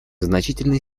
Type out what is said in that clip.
значительной